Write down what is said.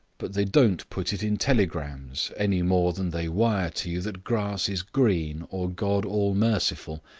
but they don't put it in telegrams, any more than they wire to you that grass is green or god all-merciful.